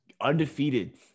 undefeated